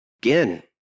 Again